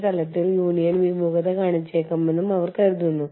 പ്രവർത്തനങ്ങൾക്കും വിഭവങ്ങൾക്കുമായി മികച്ച ലൊക്കേഷനുകളിലേക്ക് ടാപ്പുചെയ്യുന്നു